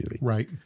Right